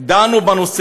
דנו בו,